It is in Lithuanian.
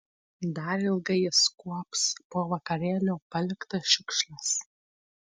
dar ilgai jis kuops po vakarėlio paliktas šiukšles